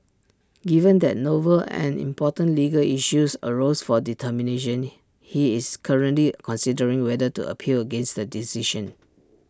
given that novel and important legal issues arose for determination he is currently considering whether to appeal against the decision